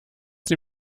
sie